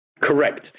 Correct